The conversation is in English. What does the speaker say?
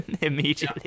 immediately